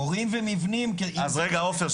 מורים ומבנים --- אז רגע עופר,